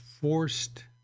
forced